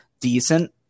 decent